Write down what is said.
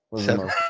Seven